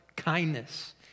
kindness